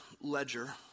ledger